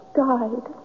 died